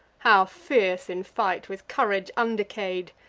how fierce in fight, with courage undecay'd!